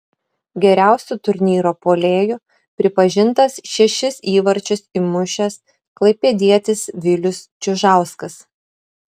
geriausiu turnyro puolėju pripažintas šešis įvarčius įmušęs klaipėdietis vilius čiužauskas